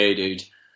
dude